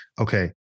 okay